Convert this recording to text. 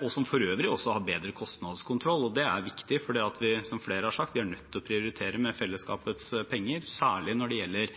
og som for øvrig også har bedre kostnadskontroll. Det er viktig, for, som flere har sagt, er vi nødt til å prioritere med fellesskapets penger, særlig når det gjelder